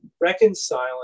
reconciling